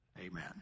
Amen